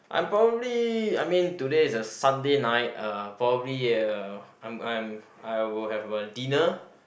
I'm probably I mean today is a Sunday night uh probably uh I'm I'm I will have a dinner